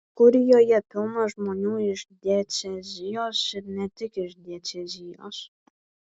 kurijoje pilna žmonių iš diecezijos ir ne tik iš diecezijos